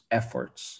efforts